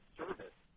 service